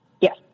Yes